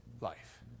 life